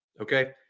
Okay